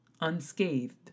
unscathed